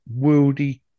worldy